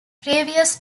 previous